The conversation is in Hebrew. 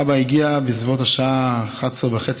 אבא הגיע מהכנסת בסביבות השעה 23:30,